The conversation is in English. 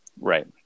Right